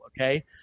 Okay